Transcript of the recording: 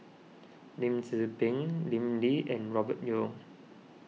Lim Tze Peng Lim Lee and Robert Yeo